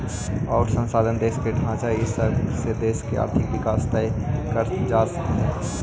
अउर संसाधन, देश के ढांचा इ सब से देश के आर्थिक विकास तय कर जा हइ